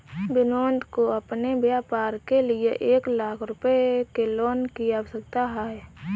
विनोद को अपने व्यापार के लिए एक लाख रूपए के लोन की आवश्यकता है